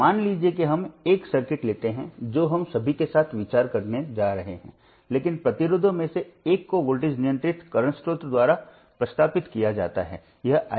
तो मान लीजिए कि हम एक सर्किट लेते हैं जो हम सभी के साथ विचार करने जा रहे हैं लेकिन प्रतिरोधों में से एक को वोल्टेज नियंत्रित वर्तमान स्रोत द्वारा प्रतिस्थापित किया जाता है यह I1I3R1 है